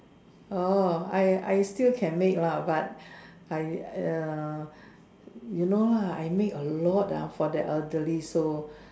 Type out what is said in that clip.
oh I I still can make lah but I err you know lah I make a lot ah for the elderly so